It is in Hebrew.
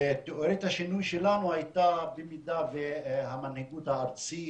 תיאוריית השינוי שלנו הייתה שבמידה שהמנהיגות הארצית,